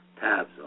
tabs